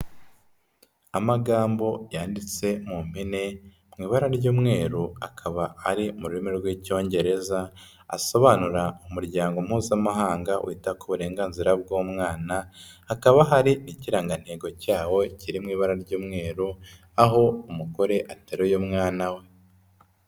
Amagambo yanditse mu mpine mu ibara ry'umweru akaba ari mu rurimi rw'Icyongereza asobanura umuryango mpuzamahanga wita ku burenganzira bw'umwana. Hakaba hari n'ikirangantego cyawo kiri mu ibara ry'umweru aho umugore ateruye umwana we.